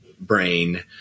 brain